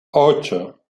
ocho